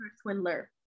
Swindler